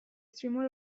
streamer